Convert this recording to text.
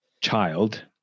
child